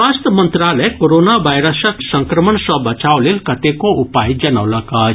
स्वास्थ्य मंत्रालय कोरोना वायरसक संक्रमण सँ बचाव लेल कतेको उपाय जनौलक अछि